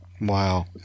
Wow